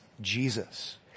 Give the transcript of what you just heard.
Jesus